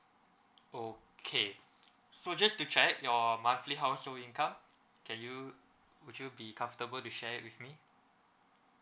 okay so just to check your monthly household income can you would you be comfortable to share with me